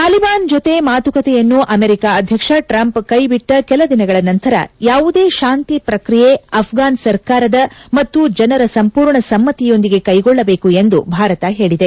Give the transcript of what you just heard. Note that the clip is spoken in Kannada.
ತಾಲಿಬಾನ್ ಜೊತೆ ಮಾತುಕತೆಯನ್ನು ಆಮೆರಿಕ ಆಧ್ವಕ್ಷ ಟ್ರಂಪ್ ಕೈವಿಟ್ನ ಕೆಲ ದಿನಗಳ ನಂತರ ಯಾವುದೇ ಶಾಂತಿ ಪ್ರಕ್ರಿಯೆ ಅಫ್ರಾನ್ ಸರ್ಕಾರದ ಮತ್ತು ಜನರ ಸಂಪೂರ್ಣ ಸಮ್ತಿಯೊಂದಿಗೆ ಕೈಗೊಳ್ಳಜೀಕು ಎಂದು ಭಾರತ ಹೇಳದೆ